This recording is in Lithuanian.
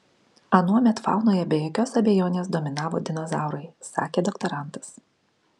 anuomet faunoje be jokios abejonės dominavo dinozaurai sakė doktorantas